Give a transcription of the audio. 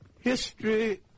History